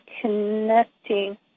connecting